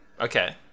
Okay